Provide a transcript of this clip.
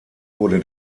wurde